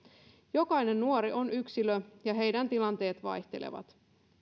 jokainen nuori on yksilö ja heidän tilanteensa vaihtelevat